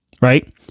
right